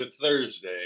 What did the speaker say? Thursday